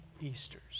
Easters